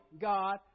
God